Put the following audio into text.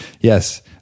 Yes